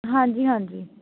ਹਾਂਜੀ ਹਾਂਜੀ